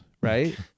right